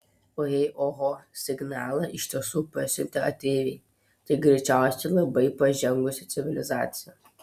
o jei oho signalą iš tiesų pasiuntė ateiviai tai greičiausiai labai pažengusi civilizacija